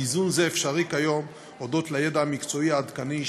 איזון זה אפשרי כיום הודות לידע המקצועי העדכני,